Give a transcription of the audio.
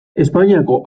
espainiako